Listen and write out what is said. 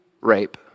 rape